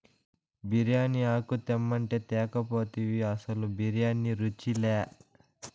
బిర్యానీ ఆకు తెమ్మంటే తేక పోతివి అసలు బిర్యానీ రుచిలే